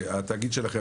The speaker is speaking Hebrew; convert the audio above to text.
התאגיד שלכם,